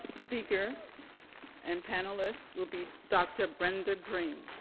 speaker and panelist will be dr. brenda greene.